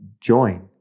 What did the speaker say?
join